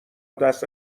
دست